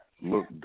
Look